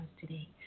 today